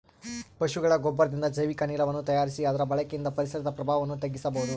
ಪಶುಗಳ ಗೊಬ್ಬರದಿಂದ ಜೈವಿಕ ಅನಿಲವನ್ನು ತಯಾರಿಸಿ ಅದರ ಬಳಕೆಯಿಂದ ಪರಿಸರದ ಪ್ರಭಾವವನ್ನು ತಗ್ಗಿಸಬಹುದು